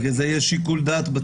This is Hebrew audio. בגלל זה יש שיקול דעת בצו.